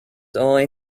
only